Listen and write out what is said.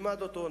נלמד אותו,